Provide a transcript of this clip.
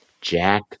Jack